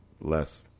less